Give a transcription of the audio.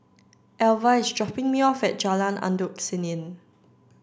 Alva is dropping me off at Jalan Endut Senin